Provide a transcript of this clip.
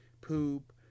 poop